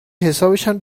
حسابشم